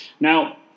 Now